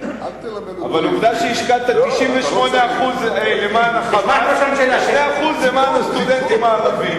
אבל עובדה שהשקעת 98% למען ה"חמאס" ו-2% למען הסטודנטים הערבים.